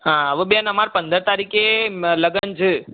હા હવે બેન અમારે પંદર તારીખે લગ્ન છે